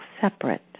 separate